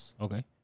Okay